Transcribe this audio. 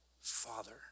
father